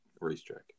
racetrack